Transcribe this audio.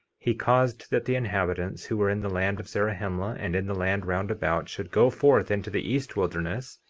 he caused that the inhabitants who were in the land of zarahemla and in the land round about should go forth into the east wilderness,